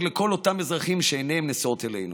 לכל אותם אזרחים שעיניהם נשואות אלינו.